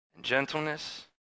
gentleness